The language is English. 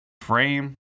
Frame